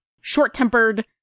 short-tempered